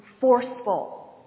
forceful